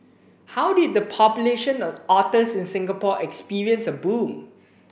how did the population of otters in Singapore experience a boom